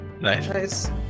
Nice